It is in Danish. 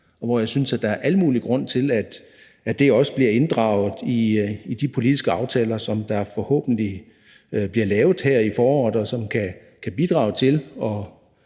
og hvor jeg synes, at der er al mulig grund til, at det også bliver inddraget i de politiske aftaler, som der forhåbentlig bliver lavet her i foråret, og som kan bidrage til at